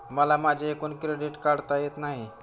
मला माझे एकूण क्रेडिट काढता येत नाही